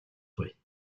буй